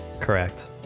correct